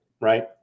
right